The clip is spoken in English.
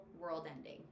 world-ending